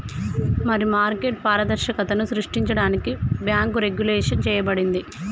మరి మార్కెట్ పారదర్శకతను సృష్టించడానికి బాంకు రెగ్వులేషన్ చేయబడింది